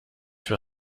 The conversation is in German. für